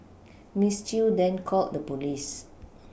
Miss Chew then called the police